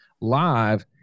live